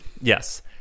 Yes